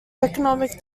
economic